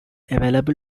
available